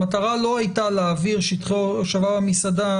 המטרה לא הייתה להעביר שטחי הושבה במסעדה